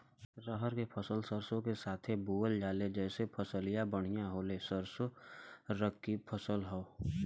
रहर क फसल सरसो के साथे बुवल जाले जैसे फसलिया बढ़िया होले सरसो रबीक फसल हवौ